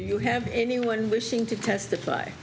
you have anyone wishing to testify